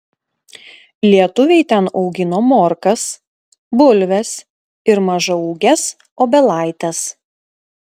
lietuviai ten augino morkas bulves ir mažaūges obelaites